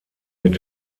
mit